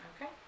Okay